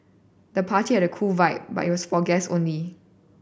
the party had a cool vibe but it was for guests only